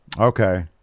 Okay